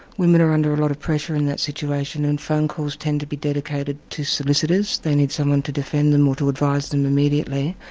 women are under a lot of pressure in that situation and phone calls tend to be dedicated to solicitors, they need someone to defend them or advise them immediately.